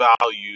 value